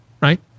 right